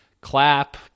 clap